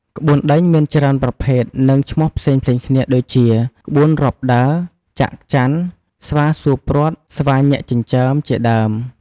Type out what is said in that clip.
ក្បួនដេញមានច្រើនប្រភេទ និងឈ្មោះផ្សេងៗគ្នា ដូចជា ក្បួនរាប់ដើរ, ច័ក្កច័ន, ស្វាសួរព្រ័ត, ស្វាញាក់ចិញ្ចើម ជាដើម។